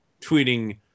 tweeting